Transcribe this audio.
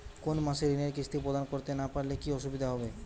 কোনো মাসে ঋণের কিস্তি প্রদান করতে না পারলে কি অসুবিধা হবে?